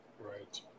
Right